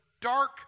dark